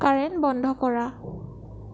current বন্ধ কৰা